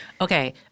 Okay